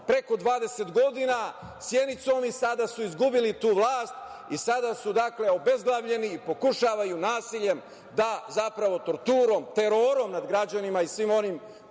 preko 20 godina Sjenicom, a sada su izgubili tu vlast i sada su obezglavljeni i pokušavaju nasiljem, zapravo torturom, terorom nad građanima i svima onima